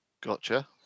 Gotcha